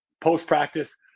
Post-practice